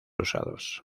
usados